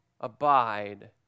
abide